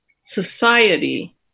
society